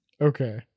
Okay